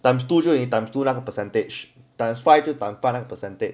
time two 就有 time two 那个 percentage times five 就有 times five percentage